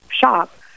shop